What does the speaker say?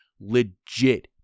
legit